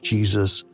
Jesus